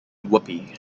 whoopee